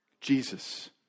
Jesus